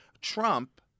Trump